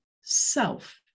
self